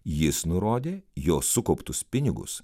jis nurodė jo sukauptus pinigus